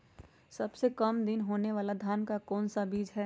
सबसे काम दिन होने वाला धान का कौन सा बीज हैँ?